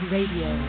Radio